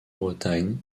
bretagne